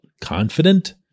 confident